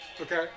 Okay